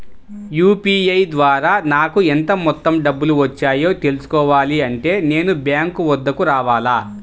UPI ద్వారా నాకు ఎంత మొత్తం డబ్బులు వచ్చాయో తెలుసుకోవాలి అంటే నేను బ్యాంక్ వద్దకు రావాలా?